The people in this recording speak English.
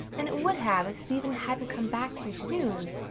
and it would have if stephen hadn't come back too soon.